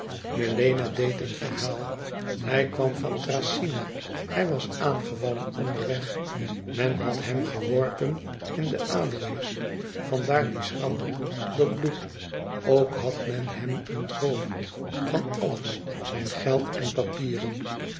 melena deed een verhaal hij kwam van thracyna hij was aangevallen onderweg men had hem geworpen in de aloës vandaar die strammen dat bloed ook had men hem ontroofd van alles zijn geld en papieren